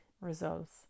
results